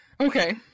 Okay